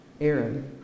Aaron